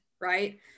right